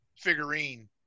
figurine